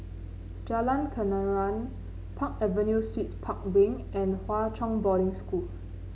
Jalan Kenarah Park Avenue Suites Park Wing and Hwa Chong Boarding School